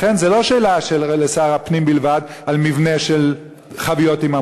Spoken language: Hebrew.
לכן זאת לא שאלה לשר הפנים בלבד על מבנה של חביות עם עמודים,